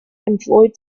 employed